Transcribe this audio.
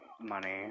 money